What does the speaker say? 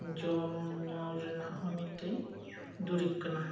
ᱡᱚᱢ ᱧᱩ ᱨᱮᱭᱟᱜ ᱦᱚᱸ ᱢᱤᱫᱴᱮᱱ ᱫᱩᱨᱤᱵᱽ ᱠᱟᱱᱟ